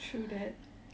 true that